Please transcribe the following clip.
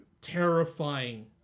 terrifying